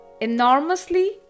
enormously